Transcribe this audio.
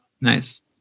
Nice